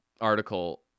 article